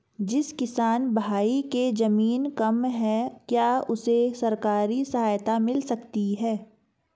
जिस किसान भाई के ज़मीन कम है क्या उसे सरकारी सहायता मिल सकती है?